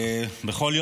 בנושא: רפורמת נפש אחת.